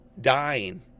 Dying